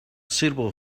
suitable